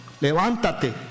Levántate